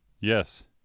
yes